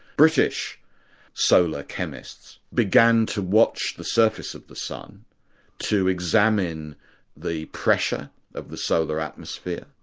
british solar chemists began to watch the surface of the sun to examine the pressure of the solar atmosphere,